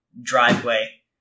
driveway